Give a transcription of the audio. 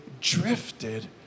drifted